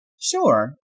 Sure